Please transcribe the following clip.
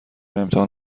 امتحان